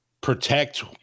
protect